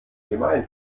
gemeint